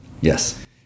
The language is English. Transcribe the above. yes